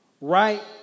right